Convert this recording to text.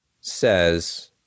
says